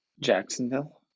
Jacksonville